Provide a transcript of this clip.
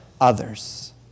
others